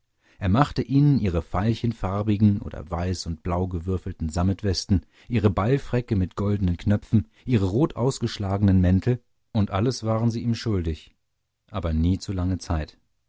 er machte ihnen ihre veilchenfarbigen oder weiß und blau gewürfelten sammetwesten ihre ballfräcke mit goldenen knöpfen ihre rot ausgeschlagenen mäntel und alles waren sie ihm schuldig aber nie zu lange zeit